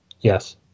Yes